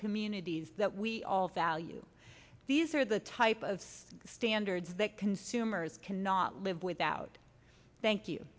communities that we all value these are the type of standards that consumers cannot live without thank you